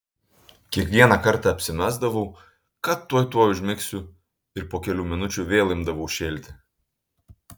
kiekvieną kartą apsimesdavau kad tuoj tuoj užmigsiu ir po kelių minučių vėl imdavau šėlti